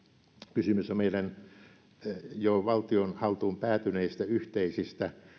kysymys on meidän jo valtion haltuun päätyneistä yhteisistä